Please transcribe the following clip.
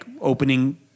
opening